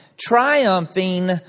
triumphing